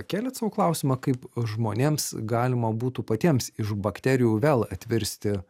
keliat sau klausimą kaip žmonėms galima būtų patiems iš bakterijų vėl atvirsti